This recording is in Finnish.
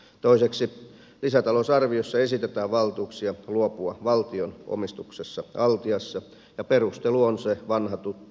toiseksi lisätalousarviossa esitetään valtuuksia luopua valtion omistuksesta altiassa ja perustelu on se vanha tuttu